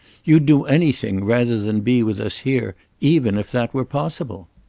you'd do anything rather than be with us here, even if that were possible.